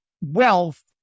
wealth